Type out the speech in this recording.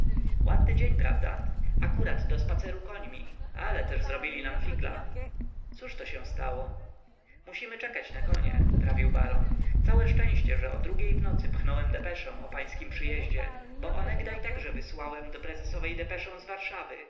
ładny dzień prawda akurat do spaceru końmi ale też zrobili nam figla cóż się stało musimy czekać na konie prawił baron całe szczęście że o drugiej w nocy pchnąłem depeszę o pańskim przyjeździe bo onegdaj także wysłałem do prezesowej depeszę z warszawy